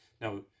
Now